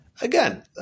Again